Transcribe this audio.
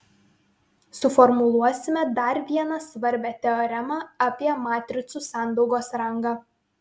suformuluosime dar vieną svarbią teoremą apie matricų sandaugos rangą